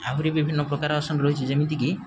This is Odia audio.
ଆହୁରି ବିଭିନ୍ନ ପ୍ରକାର ଆସନ ରହିଛି ଯେମିତିକି